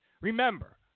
Remember